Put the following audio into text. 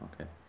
Okay